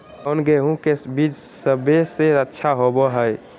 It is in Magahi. कौन गेंहू के बीज सबेसे अच्छा होबो हाय?